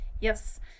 Yes